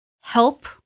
help